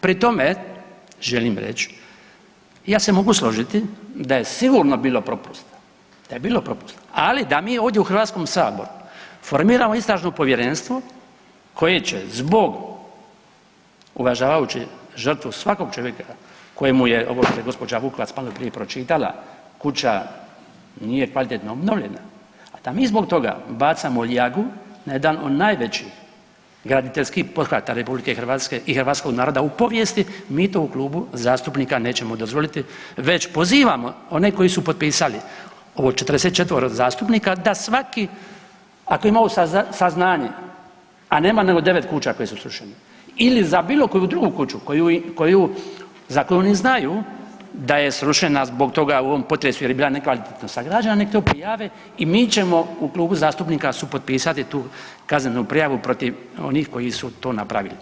Pri tome želim reći, ja se mogu složiti da je sigurno bilo propusta, da je bilo propusta, ali da mi ovdje u HS-u formiramo Istražno povjerenstvo koje će zbog, uvažavajući žrtvu svakog čovjeka kojemu je, ovo što je gđa. Vukovac maloprije pročitala, kuća nije kvalitetno obnovljena, a da mi zbog toga bacamo ljagu na jedan od najvećih graditeljskih pothvata RH i hrvatskog naroda u povijesti, ti to u klubu zastupnika nećemo dozvoliti već pozivamo one koji su potpisali, ovo 44 zastupnika da svaki, ako imaju saznanje, a nema nego 9 kuća koje su srušene, ili za bilo koju drugu koju, za koju oni znaju da je srušena zbog toga u ovom potresu jer je bila nekvalitetno sagrađena, nek to prijave i mi ćemo u klubu zastupnika supotpisati tu kaznenu prijavu protiv onih koji su to napravili.